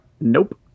nope